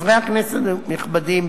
חברי הכנסת הנכבדים,